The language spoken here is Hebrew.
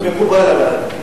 מקובל עלי.